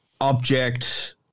object